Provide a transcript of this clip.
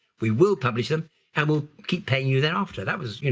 we will publish them and we'll keep paying you there after. that was, you know,